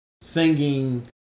singing